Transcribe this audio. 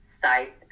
sites